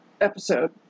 episode